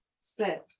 sit